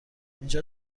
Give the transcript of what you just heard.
اینجا